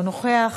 אינו נוכח,